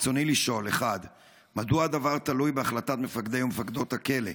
ברצוני לשאול: 1. מדוע הדבר תלוי בהחלטת מפקדי ומפקדות הכלא?